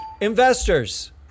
investors